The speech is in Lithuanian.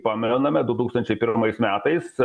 pamename du tūkstančiai pirmais metais